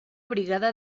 brigada